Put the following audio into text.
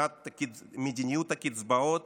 מדיניות הקצבאות